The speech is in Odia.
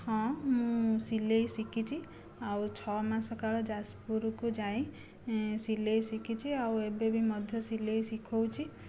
ହଁ ମୁଁ ସିଲାଇ ଶିଖିଛି ଆଉ ଛଅମାସ କାଳ ଯାଜପୁରକୁ ଯାଇ ସିଲାଇ ଶିଖିଛି ଆଉ ଏବେ ବି ମଧ୍ୟ ସିଲାଇ ଶିଖାଉଛି